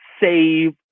save